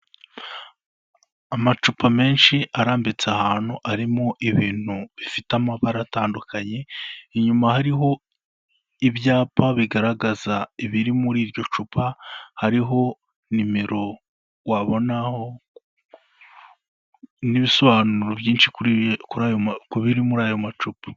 Amacupa menshi arambitse ahantu, arimo ibintu bifite amabara atandukanye, inyuma hariho ibyapa bigaragaza ibiri muri iryo cupa, hariho nimero wabonaho n'ibisobanuro byinshi kuri ayo macupa.